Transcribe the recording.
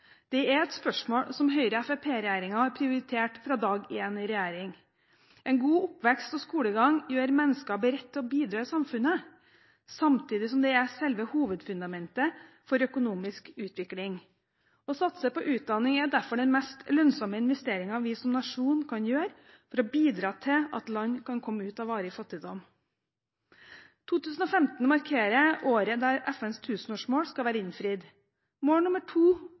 Det er et spørsmål som Høyre–Fremskrittsparti-regjeringen har prioritert fra dag én i regjering. En god oppvekst og skolegang gjør mennesker beredt til å bidra i samfunnet, samtidig som det er selve hovedfundamentet for økonomisk utvikling. Å satse på utdanning er derfor den mest lønnsomme investeringen vi som nasjon kan gjøre for å bidra til at land kan komme ut av varig fattigdom. 2015 markerer året da FNs tusenårsmål skal være innfridd. Mål nr. to